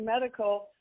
medical